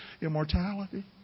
immortality